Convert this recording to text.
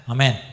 Amen